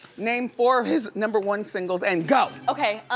name four of his number one singles and go! okay, um.